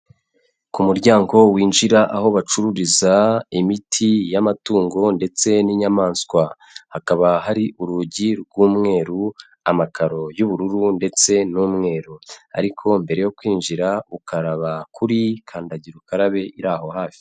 Ku muryango winjira aho bacururiza imiti y'amatungo ndetse n'inyamaswa, hakaba hari urugi rw'umweru, amakaro y'ubururu ndetse n'umweru ariko mbere yo kwinjira ukaraba kuri kandagira ukarabe iri aho hafi.